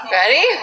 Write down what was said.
Ready